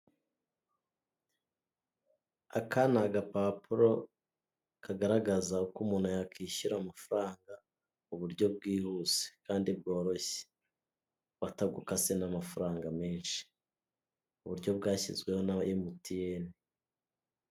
Aka n'agapapuro kagaragaza uko umuntu yakishyura amafaranga muburyo bwihuse kandi bworoshye batagukase n'amafaranga menshi, uburyo bwashyizweho na MTN.